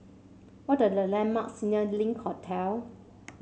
what are the landmarks near Link Hotel